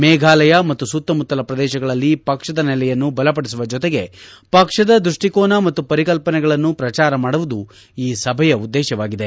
ಮೇಘಾಲಯ ಮತ್ತು ಸುತ್ತಮುತ್ತಲ ಪ್ರದೇಶಗಳಲ್ಲಿ ಪಕ್ಷದ ನೆಲೆಯನ್ನು ಬಲಪಡಿಸುವ ಜೊತೆಗೆ ಪಕ್ಷದ ದೃಷ್ಟಿಕೋನ ಮತ್ತು ಪರಿಕಲ್ಪನೆಗಳನ್ನು ಪ್ರಚಾರ ಮಾಡುವುದು ಈ ಸಭೆಯ ಉದ್ದೇಶವಾಗಿದೆ